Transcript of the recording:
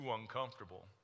uncomfortable